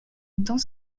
dans